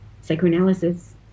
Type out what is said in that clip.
psychoanalysis